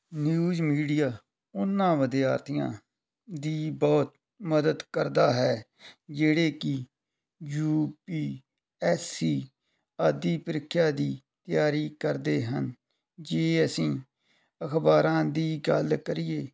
news media ਉਨ੍ਹਾਂ ਵਿਦਿਆਰਥੀਆਂ ਦੀ ਬਹੁਤ ਮਦਦ ਕਰਦਾ ਹੈ ਜਿਹੜੇ ਕਿ ਯੂ ਪੀ ਐਸ ਸੀ ਆਦਿ ਪ੍ਰੀਖਿਆ ਦੀ ਤਿਆਰੀ ਕਰਦੇ ਹਨ ਜੇ ਅਸੀਂ ਅਖਬਾਰਾਂ ਦੀ ਗੱਲ ਕਰੀਏ